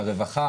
הרווחה,